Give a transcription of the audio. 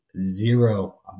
Zero